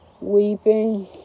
weeping